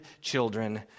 children